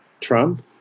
Trump